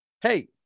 Hey